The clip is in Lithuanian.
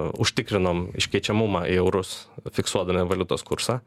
užtikrinom iškeičiamumą į eurus fiksuodami valiutos kursą